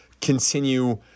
continue